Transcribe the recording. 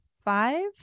five